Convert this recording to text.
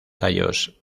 tallos